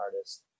artist